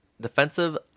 defensive